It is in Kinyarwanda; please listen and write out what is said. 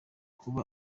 kuba